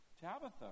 Tabitha